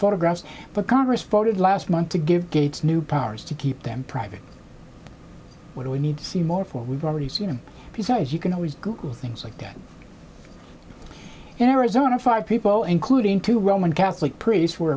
photographs but congress voted last month to give gates new powers to keep them private what do we need to see more for we've already seen and besides you can always google things like that in arizona five people including two roman catholic priests were